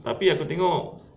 tapi aku tengok